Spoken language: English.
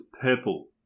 purple